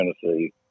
tennessee